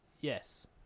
Yes